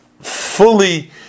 fully